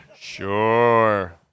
Sure